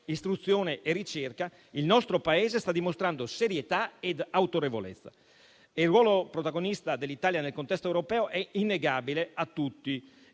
istruzione e ricerca, il nostro Paese sta dimostrando serietà e autorevolezza. Il ruolo protagonista dell'Italia nel contesto europeo è innegabile da parte